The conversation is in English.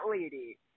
lady